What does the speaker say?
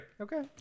Okay